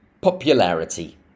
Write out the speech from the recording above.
popularity